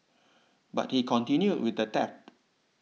but he continued with the theft